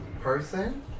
person